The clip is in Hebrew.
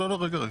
לא לא רגע רגע,